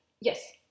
Yes